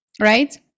right